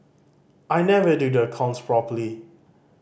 I never do the accounts properly